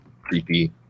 creepy